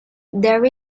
there